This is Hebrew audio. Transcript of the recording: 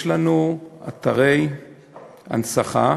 יש לנו אתרי הנצחה,